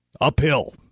uphill